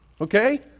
Okay